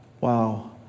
Wow